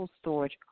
storage